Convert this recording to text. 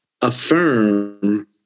affirm